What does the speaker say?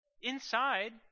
inside